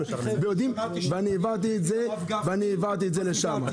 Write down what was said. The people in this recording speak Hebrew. ואני העברתי את זה לשם.